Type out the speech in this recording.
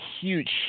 huge